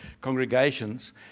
congregations